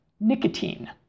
nicotine